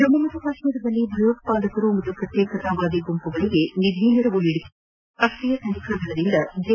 ಜಮ್ನು ಮತ್ತು ಕಾಶ್ಮೀರದಲ್ಲಿ ಭಯೋತ್ಪಾದಕರು ಮತ್ತು ಪ್ರತ್ಯೇಕತಾವಾದಿ ಗುಂಪುಗಳಿಗೆ ನಿಧಿ ನೆರವು ನೀಡಿಕೆ ಪ್ರಕರಣ ರಾಷ್ಷೀಯ ತನಿಖಾ ದಳದಿಂದ ಜೆ